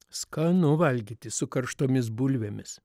skanu valgyti su karštomis bulvėmis